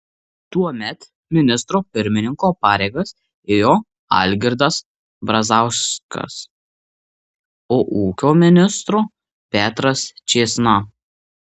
tuomet ministro pirmininko pareigas ėjo algirdas brazauskas o ūkio ministro petras čėsna